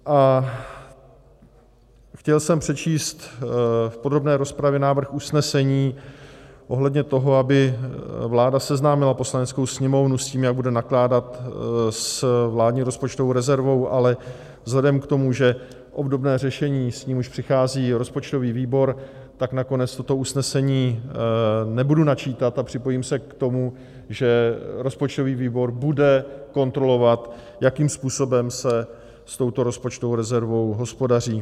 A chtěl jsem přečíst v podrobné rozpravě návrh usnesení ohledně toho, aby vláda seznámila Poslaneckou sněmovnu s tím, jak bude nakládat s vládní rozpočtovou rezervou, ale vzhledem k tomu, že obdobné řešení, s ním už přichází rozpočtový výbor, tak nakonec toto usnesení nebudu načítat a připojím se k tomu, že rozpočtový výbor bude kontrolovat, jakým způsobem se s touto rozpočtovou rezervou hospodaří.